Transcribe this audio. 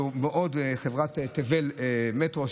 ועוד חברת תבל מטרו,